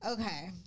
Okay